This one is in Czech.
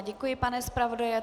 Děkuji, pane zpravodaji.